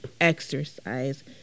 exercise